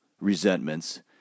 resentments